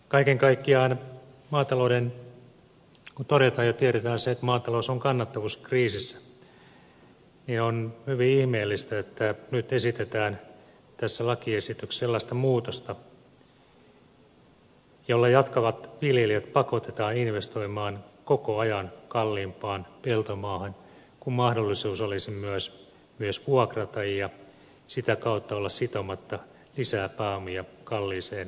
kaiken kaikkiaan kun todetaan ja tiedetään se että maatalous on kannattavuuskriisissä on hyvin ihmeellistä että nyt esitetään tässä lakiesityksessä sellaista muutosta jolla jatkavat viljelijät pakotetaan investoimaan koko ajan kalliimpaan peltomaahan kun mahdollisuus olisi myös vuokrata ja sitä kautta olla sitomatta lisää pääomia kalliiseen peltomaahan